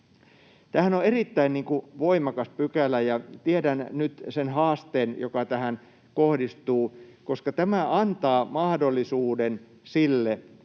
Tämähän on erittäin voimakas pykälä, ja tiedän nyt sen haasteen, joka tähän kohdistuu, koska tämä antaa mahdollisuuden siihen,